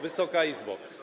Wysoka Izbo!